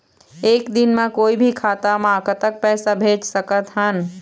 एक दिन म कोई भी खाता मा कतक पैसा भेज सकत हन?